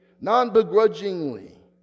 non-begrudgingly